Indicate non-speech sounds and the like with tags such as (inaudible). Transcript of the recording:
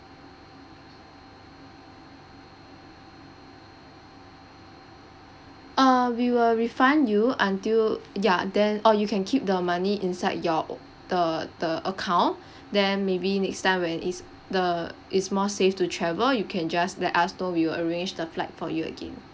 err we will refund you until ya then or you can keep the money inside your o~ the the account (breath) then maybe next time when it's the it's more safe to travel you can just let us know we will arrange the flight for you again